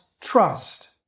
trust